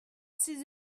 six